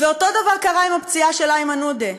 אותו דבר קרה עם הפציעה של איימן עודה.